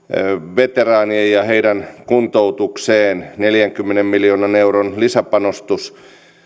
veteraaneille ja heidän kuntoutukseensa neljänkymmenen miljoonan euron lisäpanostus